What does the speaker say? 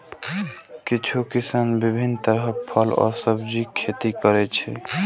किछु किसान विभिन्न तरहक फल आ सब्जीक खेती करै छै